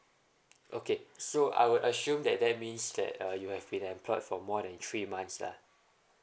okay so I would assume that that means that uh you have been employed for more than three months lah